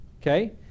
Okay